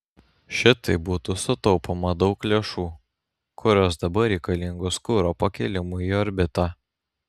šitaip būtų sutaupoma daug lėšų kurios dabar reikalingos kuro pakėlimui į orbitą